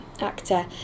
actor